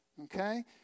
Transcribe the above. okay